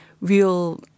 real